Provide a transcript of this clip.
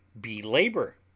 Belabor